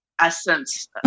essence